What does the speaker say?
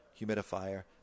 humidifier